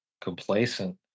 complacent